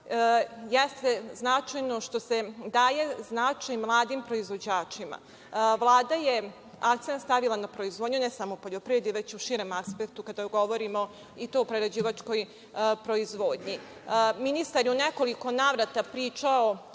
jeste značajno što se daje značaj mladim proizvođačima. Vlada je akcenat stavila na proizvodnju, ne samo poljoprivredu, već u širem aspektu, kada govorimo i to u prerađivačkoj proizvodnji. Ministar je u nekoliko navrata pričao